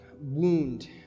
wound